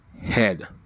head